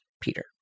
Peter